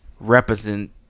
Represent